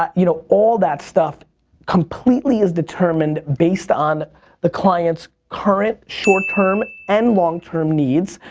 um you know, all that stuff completely is determined based on the client's current short-term and long-term needs,